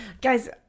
guys